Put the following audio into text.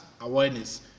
awareness